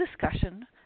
discussion